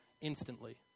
instantly